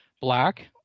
black